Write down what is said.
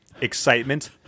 excitement